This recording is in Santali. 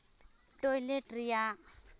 ᱴᱚᱭᱞᱮᱴ ᱨᱮᱭᱟᱜ